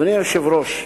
אדוני היושב-ראש,